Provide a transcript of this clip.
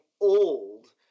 old